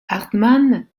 hartmann